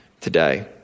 today